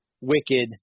wicked